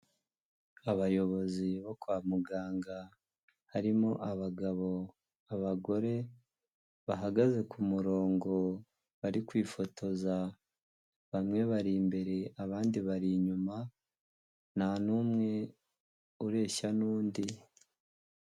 Abayobozi bo kwa muganga, harimo abagabo, abagore, bahagaze ku murongo bari kwifotoza, bamwe bari imbere, abandi bari inyuma, nta n'umwe ureshya n'undi.